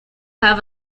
have